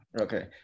Okay